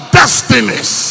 destinies